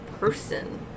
person